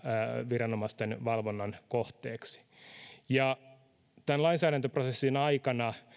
viranomaisten valvonnan kohteeksi tämän lainsäädäntöprosessin aikana